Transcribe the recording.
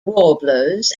warblers